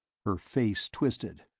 her face twisted.